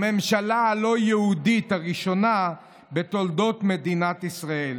הממשלה הלא-יהודית הראשונה בתולדות מדינת ישראל.